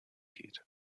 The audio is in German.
geht